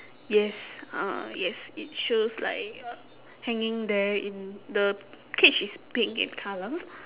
yes uh yes it shows like uh hanging there in the cage is pink in colour